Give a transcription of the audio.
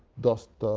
dust